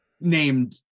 named